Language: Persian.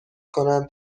کنند